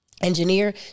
engineer